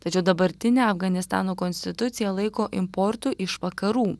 tačiau dabartinė afganistano konstitucija laiko importu iš vakarų